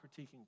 critiquing